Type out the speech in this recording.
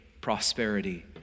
prosperity